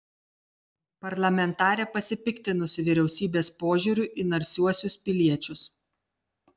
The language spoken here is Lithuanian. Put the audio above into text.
parlamentarė pasipiktinusi vyriausybės požiūriu į narsiuosius piliečius